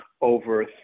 over